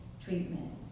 treatment